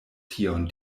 tion